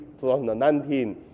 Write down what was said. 2019